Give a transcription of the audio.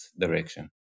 direction